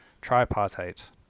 Tripartite